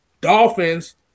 Dolphins